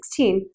2016